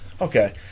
Okay